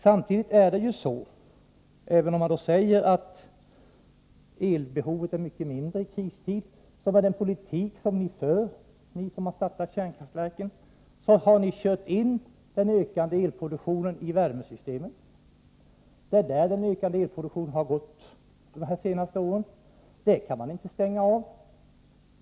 Samtidigt är det så — även om man säger att elbehovet är mycket mindre i kristid — att med den politik ni för, ni som har startat kärnkraftverken, har ni kört in den ökade elproduktionen i värmesystemen. Det är dit den ökade elproduktionen har gått de senaste åren. Detta kan man inte stänga av.